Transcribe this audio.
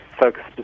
Focused